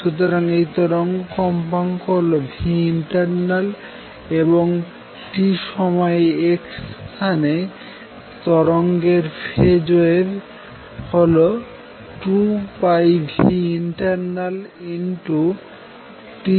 সুতরাং এই তরঙ্গের কম্পাঙ্ক হল internal এবং t সময়ে x স্থানে তরঙ্গের ফেজ হল 2πinternalt xv